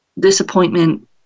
Disappointment